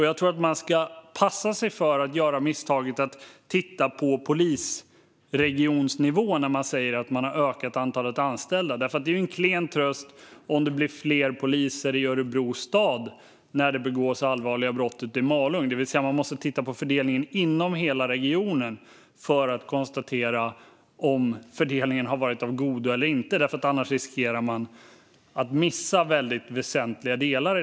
Jag tror att man ska passa sig för att göra misstaget att titta på polisregionsnivå när man säger att man har ökat antalet anställda, för det är en klen tröst om det blir fler poliser i Örebro stad när det begås allvarliga brott i Malung. Man måste titta på fördelningen inom hela regionen för att kunna konstatera om fördelningen har varit av godo eller inte, annars riskerar man att missa väsentliga delar.